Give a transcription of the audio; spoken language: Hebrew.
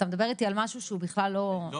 אתה מדבר איתי על משהו שהוא בכלל לא